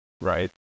right